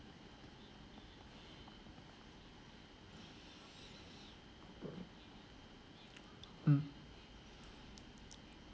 mm